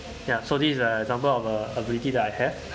ya so these uh examples of uh ability that I have